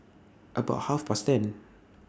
about Half Past ten